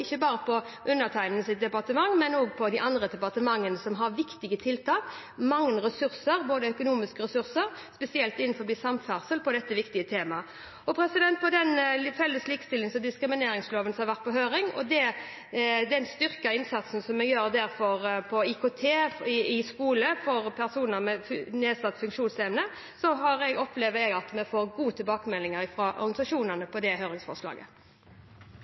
ikke bare i undertegnedes departement, men også i de andre departementene, som har viktige tiltak og mange ressurser – også økonomiske ressurser – spesielt innenfor samferdselsområdet, på dette viktige temaet. Når det gjelder forslaget til felles likestillings- og diskrimineringslov, som har vært på høring, og den styrkede innsatsen som vi gjør innenfor IKT i skolen for personer med nedsatt funksjonsevne, opplever jeg at vi får gode tilbakemeldinger fra organisasjonene på det høringsforslaget.